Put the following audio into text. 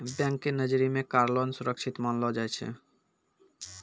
bank के नजरी मे कार लोन सुरक्षित मानलो जाय छै